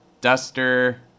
duster